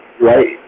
right